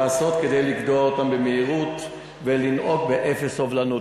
לעשות כדי לגדוע אותה במהירות ולנהוג באפס סובלנות.